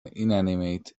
inanimate